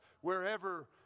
wherever